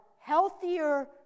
healthier